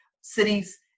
cities